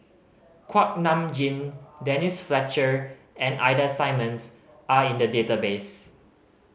Kuak Nam Jin Denise Fletcher and Ida Simmons are in the database